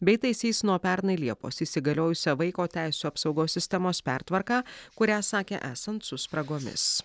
bei taisys nuo pernai liepos įsigaliojusią vaiko teisių apsaugos sistemos pertvarką kurią sakė esant su spragomis